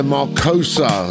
Marcosa